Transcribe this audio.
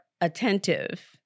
attentive